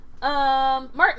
Martin